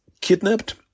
kidnapped